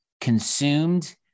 consumed